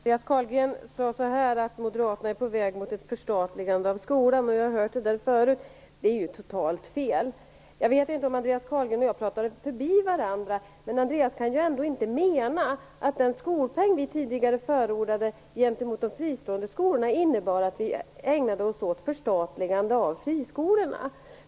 Herr talman! Andreas Carlgren sade att Moderaterna är på väg mot ett förstatligande av skolan. Jag har hört det tidigare. Det är totalt fel. Jag vet inte om Andreas Carlgren och jag pratar förbi varandra, men han kan ändå inte mena att den skolpeng som vi tidigare förordade gentemot de fristående skolorna innebar att vi ägnade oss åt förstatligande av friskolorna.